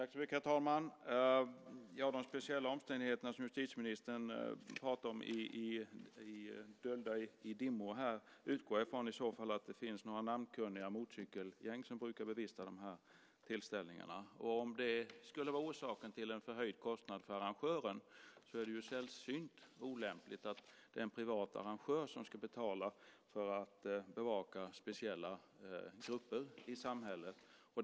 Herr talman! De speciella omständigheter som justitieministern pratar om, dolda i dimmor här, utgår jag från är att några namnkunniga motorcykelgäng brukar bevista de här tillställningarna. Om det skulle vara orsaken till en förhöjd kostnad för arrangören är det sällsynt olämpligt att det är en privat arrangör som ska betala för att bevaka speciella grupper i samhället.